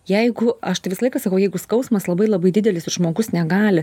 jeigu aš tai visą laiką sakau jeigu skausmas labai labai didelis ir žmogus negali